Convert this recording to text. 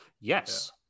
yes